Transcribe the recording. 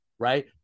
Right